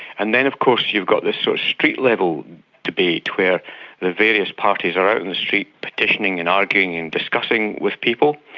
and then of course you've got this sort of street-level debate where the various parties are out on and the street petitioning and arguing and discussing with people.